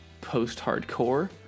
post-hardcore